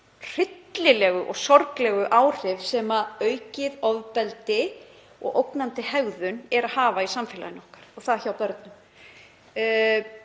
hryllilega sorglegu áhrif sem aukið ofbeldi og ógnandi hegðun hafa í samfélaginu okkar og það hjá börnum.